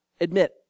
Admit